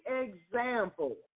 example